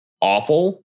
awful